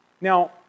Now